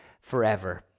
forever